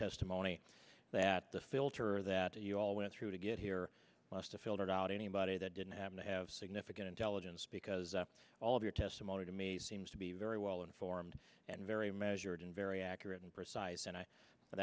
testimony that the filter that you all went through to get here must a filled out anybody that didn't happen to have significant intelligence because all of your testimony to me seems to be very well informed and very measured and very accurate and